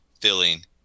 filling